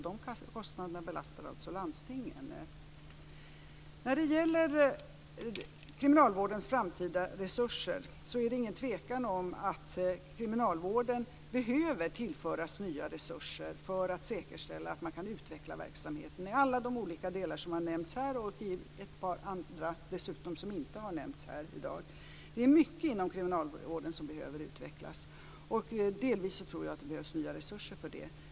De kostnaderna belastar alltså landstingen. Det råder inget tvivel om att kriminalvården behöver tillföras nya resurser i framtiden för att säkerställa att man kan utveckla verksamheten i alla de olika delar som har nämnts här och dessutom ett par andra som inte har nämnts här i dag. Det är mycket inom kriminalvården som behöver utvecklas. Delvis tror jag att det behövs nya resurser för det.